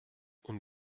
und